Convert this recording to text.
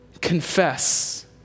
confess